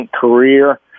career